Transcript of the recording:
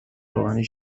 روغنی